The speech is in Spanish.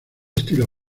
estilo